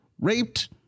raped